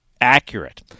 accurate